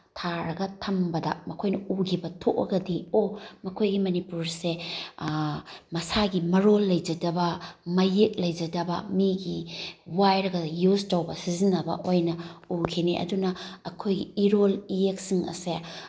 ꯊꯥꯔꯒ ꯊꯝꯕꯗ ꯃꯈꯣꯏꯅ ꯎꯈꯤꯕ ꯊꯣꯛꯑꯒꯗꯤ ꯑꯣ ꯃꯈꯣꯏꯒꯤ ꯃꯅꯤꯄꯨꯔꯁꯦ ꯃꯁꯥꯒꯤ ꯃꯔꯣꯟ ꯂꯩꯖꯗꯕ ꯃꯌꯦꯛ ꯂꯩꯖꯗꯕ ꯃꯤꯒꯤ ꯋꯥꯏꯔꯒ ꯌꯨꯖ ꯇꯧꯕ ꯁꯤꯖꯤꯟꯅꯕ ꯑꯣꯏꯅ ꯎꯈꯤꯅꯤ ꯑꯗꯨꯅ ꯑꯩꯈꯣꯏꯒꯤ ꯏꯔꯣꯜ ꯏꯌꯦꯛꯁꯤꯡ ꯑꯁꯦ